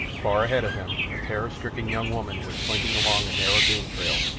far ahead of him a terror-stricken young woman was slinking along a narrow game-trail,